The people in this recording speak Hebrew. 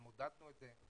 גם עודדנו את זה,